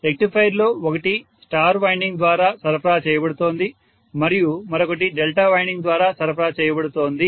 రెక్టిఫైయర్లో ఒకటి star winding ద్వారా సరఫరా చేయబడుతోంది మరియు మరొకటి డెల్టా వైండింగ్ ద్వారా సరఫరా చేయబడుతోంది